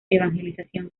evangelización